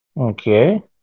Okay